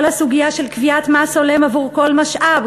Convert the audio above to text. כל הסוגיה של קביעת מס הולם עבור כל משאב,